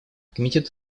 комитет